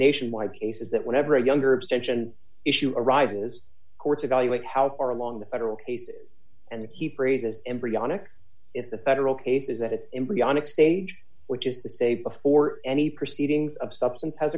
nationwide cases that whenever a younger abstention issue arises courts evaluate how far along the federal cases and he praises embryonic if the federal cases that embryonic stage which is to say before any proceedings of substance has